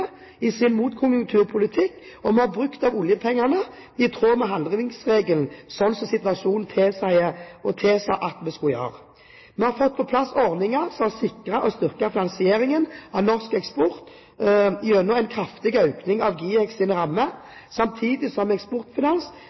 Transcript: i sin motkonjunkturpolitikk og har brukt av oljepengene i tråd med handlingsregelen, slik situasjonen tilsier at vi skal gjøre. Vi har fått på plass ordninger som har sikret og styrket finansieringen av norsk eksport gjennom en kraftig økning av GIEKs rammer, samtidig som Eksportfinans